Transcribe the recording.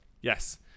Yes